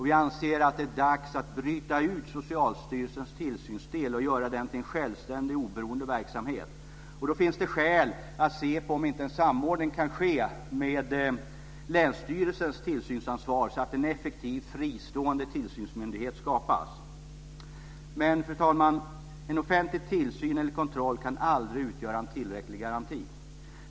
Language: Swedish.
Vi anser att det är dags att bryta ut Socialstyrelsens tillsynsdel och göra den till en självständig, oberoende verksamhet. Då finns det skäl att se om inte en samordning kan ske med länsstyrelsens tillsynsansvar så att en effektiv fristående tillsynsmyndighet skapas. Fru talman! En offentlig tillsyn eller kontroll kan aldrig utgöra en tillräcklig garanti.